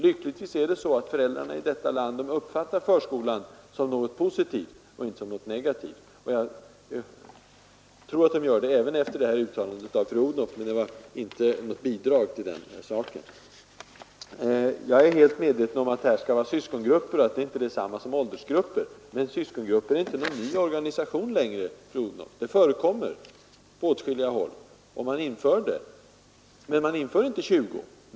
Lyckligtvis uppfattar föräldrarna förskolan som något positivt och inte som något negativt. Jag tror att de gör det även efter uttalandet av fru Odhnoff, även om det inte direkt bidrog till samförståndet. Jag är helt medveten om att syskongrupper inte är detsamma som åldersgrupper. Men syskongrupper är inte längre någon ny organisation, fru Odhnoff. De förekommer på åtskilliga håll. Men dessa grupper har inte omfattat 20 barn.